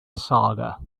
saga